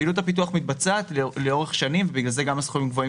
פעילות הפיתוח מתבצעת לאורך שנים ובגלל זה גם הסכומים גבוהים